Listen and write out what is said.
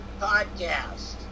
Podcast